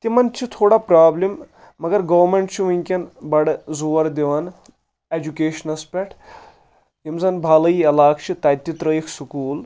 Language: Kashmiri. تِمن چھِ تھوڑا پرابلِم مگر گومینٹ چھُ ؤنکیٚن بڑٕ زور دِوان اٮ۪جوکیشنس پٮ۪ٹھ یِم زن بالٲیی علاقعہٕ چھِ تتہِ تہِ ترٛٲیِکھ سکوٗل